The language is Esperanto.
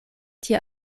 tia